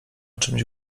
czymś